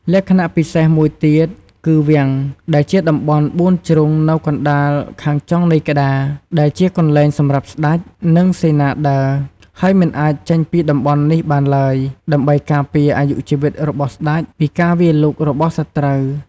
លក្ខណៈពិសេសមួយទៀតគឺ វាំង ដែលជាតំបន់បួនជ្រុងនៅកណ្តាលខាងចុងនៃក្តារ ដែលជាកន្លែងសម្រាប់ស្តេច និងសេនាដើរ ហើយមិនអាចចេញពីតំបន់នេះបានឡើយ ដើម្បីការពារអាយុជីវិតរបស់ស្តេចពីការវាយលុករបស់សត្រូវ។